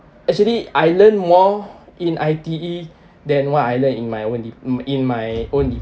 actually I learn more in I_T_E than what I learn in my own di~ in my own di~